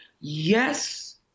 yes